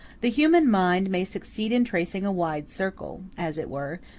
the human mind may succeed in tracing a wide circle, as it were,